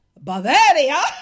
Bavaria